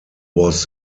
was